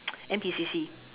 N_P_C_C